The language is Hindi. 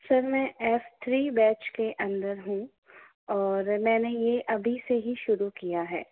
सर मैं एफ़ थ्री बैच के अंदर हूँ और मैंने यह अभी से ही शुरू किया है